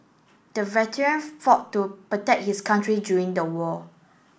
the veteran fought to protect his country during the war